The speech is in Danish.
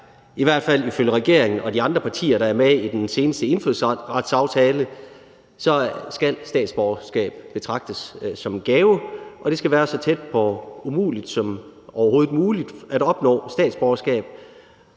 I hvert fald ifølge regeringen og de andre partier, der er med i den seneste indfødsretsaftale, skal statsborgerskab betragtes som en gave, og det skal være tæt på så umuligt som overhovedet muligt at opnå statsborgerskab,